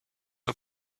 aux